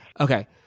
okay